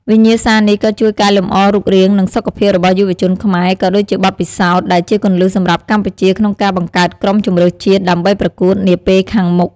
វិញ្ញាសានេះក៏ជួយកែលម្អរូបរាង និងសុខភាពរបស់យុវជនខ្មែរ ក៏ដូចជាបទពិសោធន៍ ដែលជាគន្លឹះសម្រាប់កម្ពុជាក្នុងការបង្កើតក្រុមជម្រើសជាតិ ដើម្បីប្រកួតនាពេលខាងមុខ។